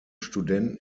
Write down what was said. studenten